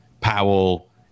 Powell